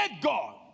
God